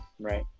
right